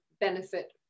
benefit